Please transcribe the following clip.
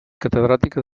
catedràtica